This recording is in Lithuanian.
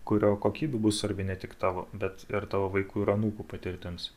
kurio kokybė bus svarbi ne tik tavo bet ir tavo vaikų ir anūkų patirtims